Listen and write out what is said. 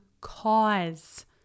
cause